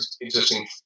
existing